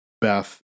beth